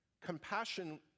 Compassion